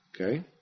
okay